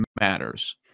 matters